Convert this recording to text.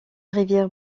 rivière